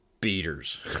beaters